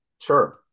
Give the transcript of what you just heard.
Sure